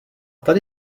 tady